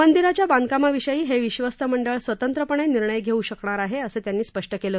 मंदिराच्या बांधकामाविषयी हे विश्वस्त मंडळ स्वतंत्रपणे निर्णय घेऊ शकणार आहे असं त्यांनी स्पष्ट केलं